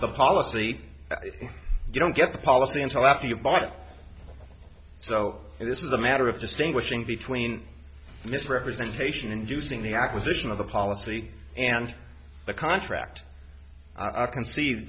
the policy if you don't get the policy until after you've bought it so this is a matter of distinguishing between misrepresentation inducing the acquisition of the policy and the contract i can see